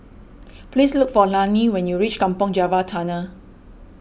please look for Lani when you reach Kampong Java Tunnel